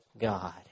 God